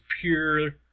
pure